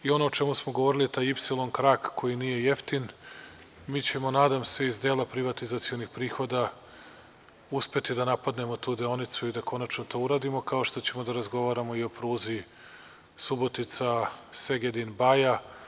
Ono o čemu smo govorili, taj „ipsilon krak“, koji nije jeftin, mi ćemo, nadam se, iz dela privatizacionih prihoda uspeti da napadnemo tu deonicu i da konačno to uradimo, kao što ćemo da razgovaramo i o pruzi Subotica-Segedin-Baja.